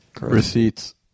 Receipts